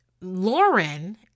Lauren